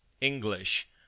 English